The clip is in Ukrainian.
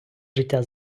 життя